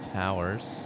towers